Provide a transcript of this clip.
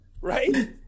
Right